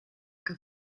que